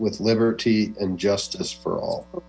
with liberty and justice for all